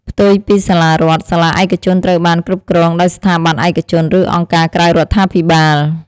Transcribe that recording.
ផ្ទុយពីសាលារដ្ឋ សាលាឯកជនត្រូវបាន គ្រប់គ្រងដោយស្ថាប័នឯកជន ឬអង្គការក្រៅរដ្ឋាភិបាល ។